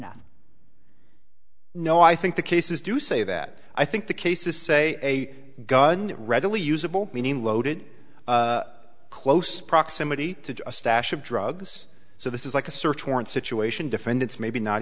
enough no i think the cases do say that i think the cases say gun readily usable meaning loaded close proximity to a stash of drugs so this is like a search warrant situation defendants maybe not